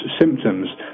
symptoms